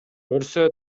көрсө